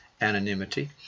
anonymity